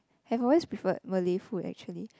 have always preferred Malay food actually